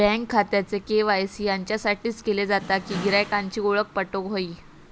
bank खात्याचे KYC याच्यासाठीच केले जाता कि गिरायकांची ओळख पटोक व्हयी